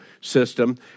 system